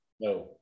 No